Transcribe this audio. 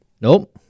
Nope